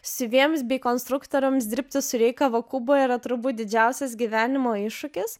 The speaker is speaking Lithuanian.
siuvėjams bei konstruktoriams dirbti su rei kavakubo yra turbūt didžiausias gyvenimo iššūkis